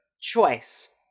choice